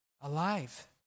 alive